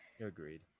Agreed